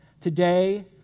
Today